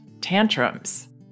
tantrums